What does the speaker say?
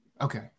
Okay